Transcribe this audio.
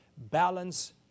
balance